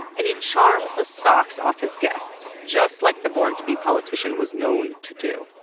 and he charms the socks off his guests just like the born-to-be politician was known to do.